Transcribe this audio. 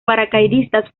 paracaidistas